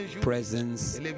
presence